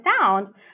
sound